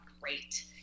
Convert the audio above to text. great